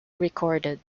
recorded